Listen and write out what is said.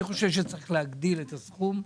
אני חושב שצריך להגדיל את הסכום.